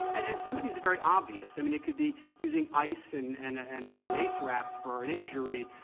and and some of these are very obvious. i mean, it could be using ice and and ah and an an ace wrap for an injury,